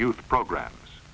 youth programs